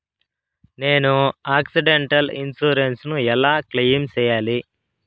నేను accidental insurance ను ఎలా క్లెయిమ్ సేయాలి?